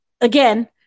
again